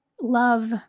love